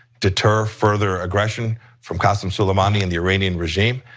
deter further aggression from qasem soleimani and the iranian regime,